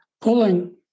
pulling